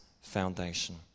foundation